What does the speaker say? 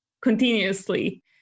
continuously